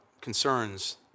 concerns